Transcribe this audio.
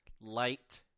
light